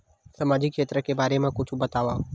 सामजिक क्षेत्र के बारे मा कुछु बतावव?